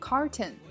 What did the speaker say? Carton